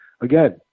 again